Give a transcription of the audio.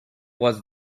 was